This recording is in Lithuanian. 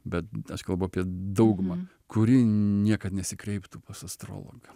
bet aš kalbu apie daugumą kuri niekad nesikreiptų pas astrologą